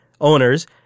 owners